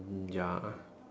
mm ya